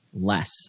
less